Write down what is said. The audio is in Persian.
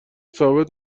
ثابت